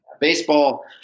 baseball